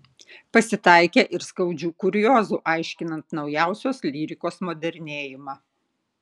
pasitaikė ir skaudžių kuriozų aiškinant naujausios lyrikos modernėjimą